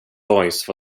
voice